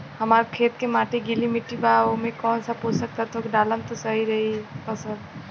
हमार खेत के माटी गीली मिट्टी बा ओमे कौन सा पोशक तत्व डालम त फसल सही होई?